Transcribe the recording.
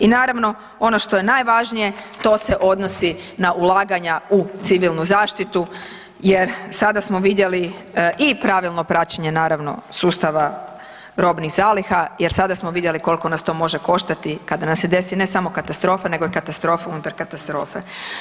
I naravno, ono što je najvažnije to se odnosi na ulaganja u civilnu zaštitu jer sada smo vidjeli i pravilno praćenje naravno sustava robnih zaliha, jer sada smo vidjeli koliko nas to može koštati kada nam se desi ne samo katastrofa, nego i katastrofa unutar katastrofe.